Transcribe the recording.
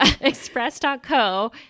Express.co